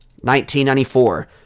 1994